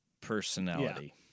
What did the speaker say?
personality